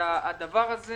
הדבר הזה